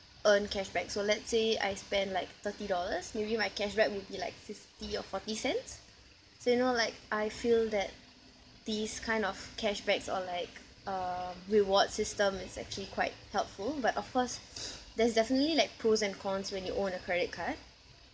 earn cashback so let's say I spend like thirty dollars maybe my cashback will be like fifty or forty cents so you know like I feel that these kind of cashbacks or like um reward system is actually quite helpful but of course there's definitely like pros and cons when you own a credit card